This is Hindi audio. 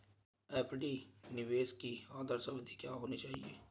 एफ.डी निवेश की आदर्श अवधि क्या होनी चाहिए?